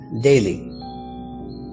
daily